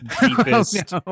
deepest